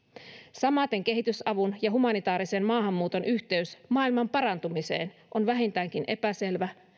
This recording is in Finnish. samaten kehitysavun ja humanitaarisen maahanmuuton yhteys maailman parantumiseen on vähintäänkin epäselvä